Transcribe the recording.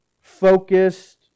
focused